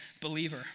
believer